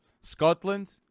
Scotland